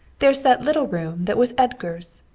there's that little room that was edgar's.